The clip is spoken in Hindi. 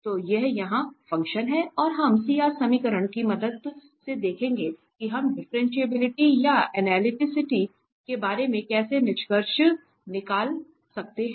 तो यह यहां फ़ंक्शन है और हम समीकरणों की मदद से देखेंगे कि हम डिफ्रेंटिएबिलिटी या अनलिटीसीटी के बारे में कैसे निष्कर्ष निकाल सकते हैं